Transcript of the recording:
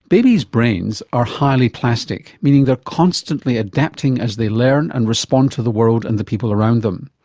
babies' brains are highly plastic, meaning they're constantly adapting as they learn and respond to the world and the people around them.